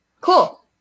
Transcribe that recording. Cool